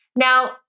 Now